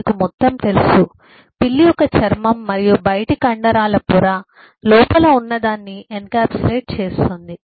మీకు మొత్తం తెలుసు పిల్లి యొక్క చర్మం మరియు బయటి కండరాల పొర లోపల ఉన్నదాన్ని ఎన్క్యాప్సులేట్ చేస్తుంది